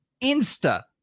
insta